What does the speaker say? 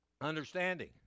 Understanding